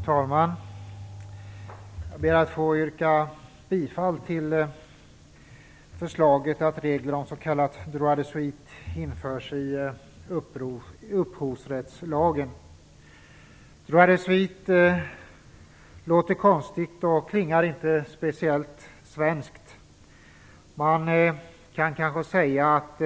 Fru talman! Jag ber att få yrka bifall till förslaget att regler om s.k. droit de suite införs i upphovsrättslagen. Droit de suite låter konstigt och klingar inte speciellt svenskt. Man kan kanske säga att